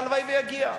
והלוואי שזה יגיע.